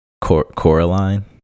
Coraline